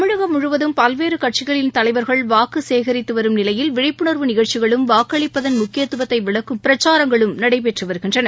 தமிழகம் முழுவதும் பல்வேறு கட்சிகளின் தலைவர்கள் வாக்கு சேகரித்து வரும் நிலையில் விழிப்புனர்வு நிகழ்ச்சிகளும் வாக்களிப்பதன் முக்கியத்துவத்தை விளக்கும் பிரச்சாரங்களும் நடைபெற்று வருகின்றன